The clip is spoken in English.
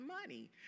money